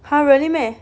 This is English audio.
!huh! really meh